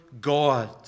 God